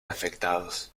afectados